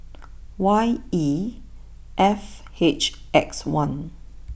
Y E F H X one